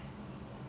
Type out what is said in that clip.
mm